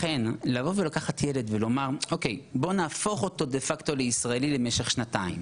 לכן לקחת ילד ולהפוך אותו לישראלי למשך שנתיים,